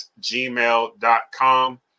gmail.com